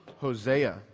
Hosea